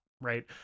right